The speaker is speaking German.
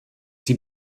die